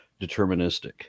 deterministic